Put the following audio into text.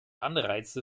anreize